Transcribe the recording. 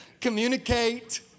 Communicate